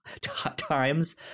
times